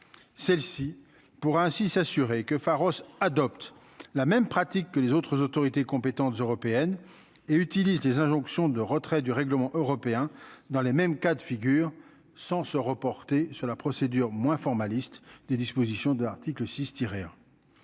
celle-ci pourra ainsi s'assurer que Pharos adopte la même pratique que les autres autorités compétentes européennes et utilisent les injonctions de retrait du règlement européen dans les mêmes cas de figure sans se reporter sur la procédure moins formaliste des dispositions de l'article 6